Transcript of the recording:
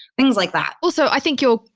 things like that also, i think you'll,